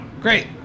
Great